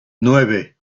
nueve